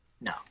No